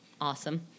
Awesome